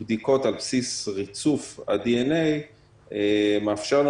בדיקות על בסיס ריצוף ה-DNA מאפשר לנו,